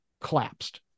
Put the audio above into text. collapsed